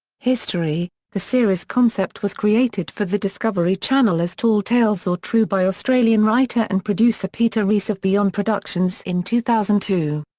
history the series concept was created for the discovery channel as tall tales or true by australian writer and producer peter rees of beyond productions in two thousand and two.